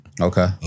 Okay